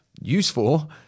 useful